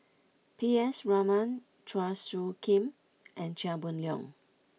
P S Raman Chua Soo Khim and Chia Boon Leong